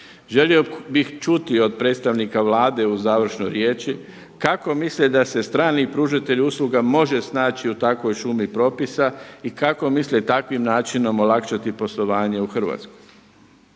Želio bih čuti od predstavnika Vlade u završnoj riječi kako misle da se strani pružatelji usluga može snaći u takvoj šumi propisa i kako misle takvim načinom olakšati poslovanje u Hrvatskoj?